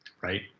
right